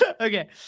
Okay